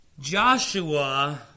Joshua